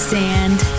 sand